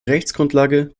rechtsgrundlage